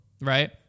right